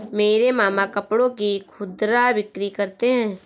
मेरे मामा कपड़ों की खुदरा बिक्री करते हैं